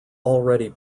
already